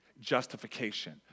justification